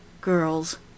Girls